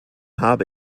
habe